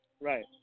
Right